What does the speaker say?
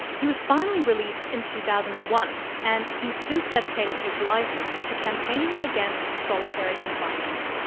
he was finally released in two thousand and one. and he's since dedicated his life to campaigning against solitary confinement.